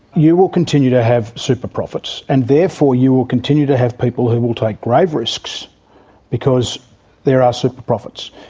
you will continue to have super profits, and therefore you will continue to have people who will take grave risks because there are super profits.